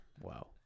Wow